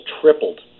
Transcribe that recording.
tripled